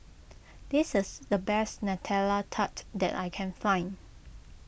this is the best Nutella Tart that I can find